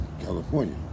California